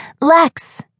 Lex